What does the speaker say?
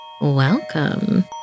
welcome